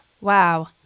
Wow